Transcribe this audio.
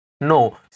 No